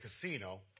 casino